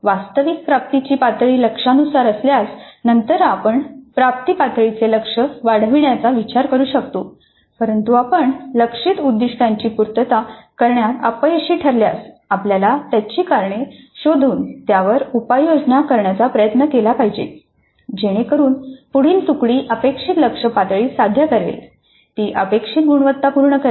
वास्तविक प्राप्तीची पातळी लक्ष्यानुसार असल्यास नंतर आपण प्राप्ती पातळीचे लक्ष्य वाढविण्याचा विचार करू शकतो परंतु आपण लक्ष्यित उद्दिष्टांची पूर्तता करण्यात अपयशी ठरल्यास आपल्याला त्याची कारणे शोधून त्यावर उपाययोजना करण्याचा प्रयत्न केला पाहिजे जेणेकरून पुढील तुकडी अपेक्षित लक्ष्य पातळी साध्य करेल ती अपेक्षित गुणवत्ता पूर्ण करेल